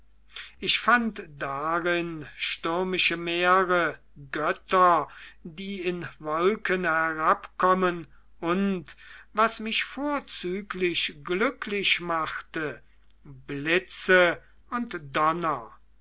ich fand darin stürmische meere götter die in wolken herabkommen und was mich vorzüglich glücklich machte blitze und